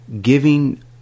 giving